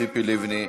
ציפי לבני,